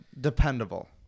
dependable